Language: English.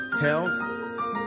health